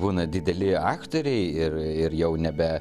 būna dideli aktoriai ir jau nebe